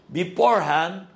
beforehand